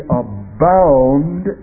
abound